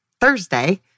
Thursday